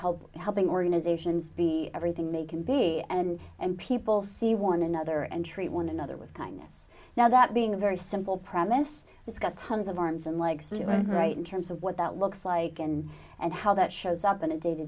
help helping organizations be everything they can be and and people see one another and treat one another with kindness now that being a very simple premise it's got tons of arms and legs right in terms of what that looks like and and how that shows up on a day to